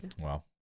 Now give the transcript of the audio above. Wow